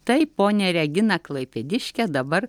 taip ponia regina klaipėdiške dabar